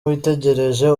witegereje